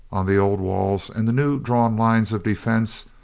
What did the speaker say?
on the old walls and the new drawn lines of defense,